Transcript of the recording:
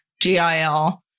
GIL